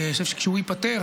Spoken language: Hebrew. אני חושב שכשהוא ייפתר,